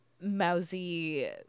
Mousy